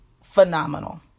phenomenal